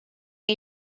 que